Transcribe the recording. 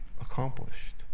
accomplished